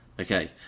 Okay